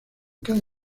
cada